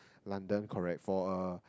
London correct for a